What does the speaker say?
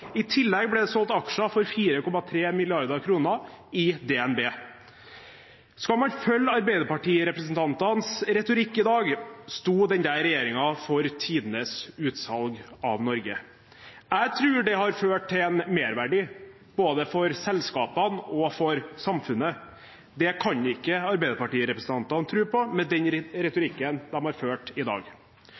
I tillegg ble det solgt aksjer for 4,3 mrd. kr i DnB. Skal man følge arbeiderpartirepresentantenes retorikk i dag, sto den regjeringen for tidenes utsalg av Norge. Jeg tror det har ført til en merverdi både for selskapene og for samfunnet. Det kan ikke arbeiderpartirepresentantene tro på med den retorikken de har ført i dag.